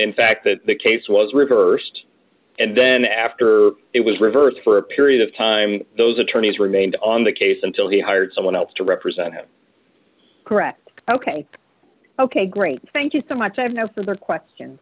in fact that the case was reversed and then after it was reversed for a period of time those attorneys remained on the case until he hired someone else to represent him correct ok ok great thank you so much i have no further question